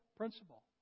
principle